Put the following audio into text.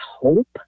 hope